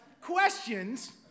questions